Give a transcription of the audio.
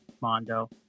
Mondo